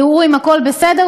יראו אם הכול בסדר,